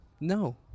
no